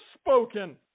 spoken